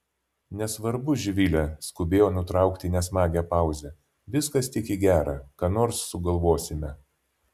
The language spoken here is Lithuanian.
nesvarbu živile skubėjo nutraukti nesmagią pauzę viskas tik į gera ką nors sugalvosime